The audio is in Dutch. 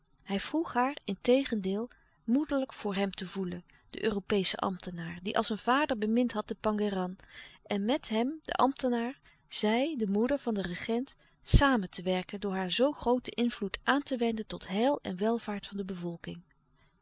hij vroeg haar integendeel moederlijk voor hem te voelen den europeeschen ambtenaar die als een vader bemind had den pangéran en met hem den ambtenaar zij de moeder van den regent samen te werken door haar zoo grooten invloed aan te wenden tot heil en welvaart van de bevolking